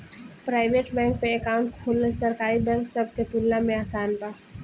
private bank में account खोलल सरकारी बैंक सब के तुलना में आसान बा